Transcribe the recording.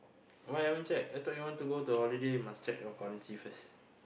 why haven't check I thought you want to go to a holiday must check your currency first